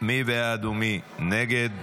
מי בעד ומי נגד?